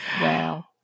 Wow